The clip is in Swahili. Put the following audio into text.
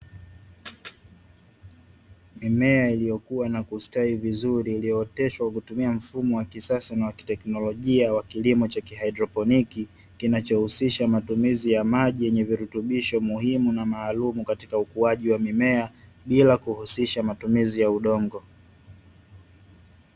Mimea iliyokuwa na kustawi vizuri iliyooteshwa kutumia mfumo wa kisasa na wa teknolojia wa kilimo cha ki "Hydroponic" kinachohusisha matumizi ya maji yenye virutubisho muhimu na maalum katika ukuaji wa mimea bila kuhusisha matumizi ya udongo.